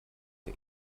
der